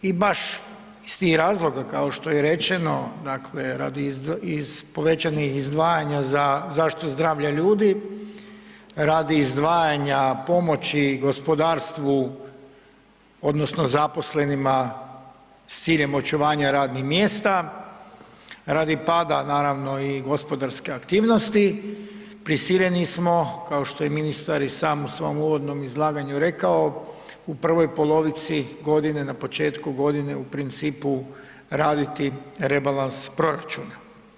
I baš iz tih razloga, kao što je i rečeno, dakle radi, iz povećanih izdvajanja za zaštitu zdravlja ljudi, radi izdvajanja pomoći gospodarstvu odnosno zaposlenima s ciljem očuvanja radnih mjesta, radi pada naravno i gospodarske aktivnosti, prisiljeni smo, kao što je i ministar i sam u svom uvodnom izlaganju rekao, u prvoj polovici godine, na početku godine u principu raditi rebalans proračuna.